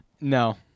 No